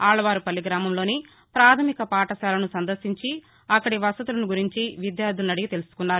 అళ్వారుపల్లి గ్రామంలోని ప్రాధమిక పాఠశాలను సందర్శించి అక్కడి వసతులను గురించి విద్యార్దులను అడిగి తెలుసుకున్నారు